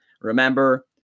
Remember